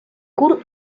curt